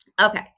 Okay